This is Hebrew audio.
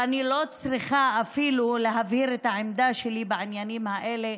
ואני לא צריכה אפילו להבהיר את העמדה שלי בעניינים האלה.